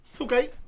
okay